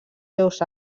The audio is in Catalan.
seus